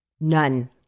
None